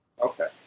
Okay